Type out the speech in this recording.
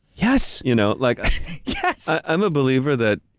yes. you know like yes! i'm a believer that,